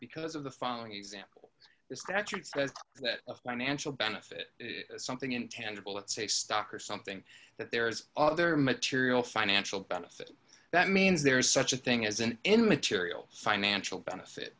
because of the following example it's natural that of financial benefit something intangible it's a stock or something that there is other material financial benefit that means there is such a thing as an immaterial financial benefit